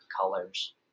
colors